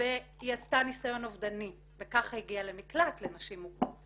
והיא עשתה ניסיון אובדני וכך הגיעה למקלט לנשים מוכות